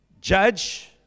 judge